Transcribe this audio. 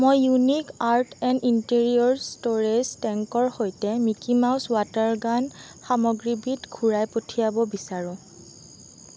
মই unique art and interiors storage টেংকৰ সৈতে মিকি মাউছ ৱাটাৰ গান সামগ্ৰীবিধ ঘূৰাই পঠিয়াব বিচাৰোঁ